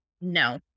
No